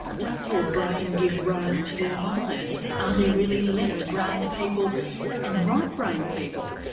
um does your brain give rise to your mind, are there really left-brained people and right-brained people,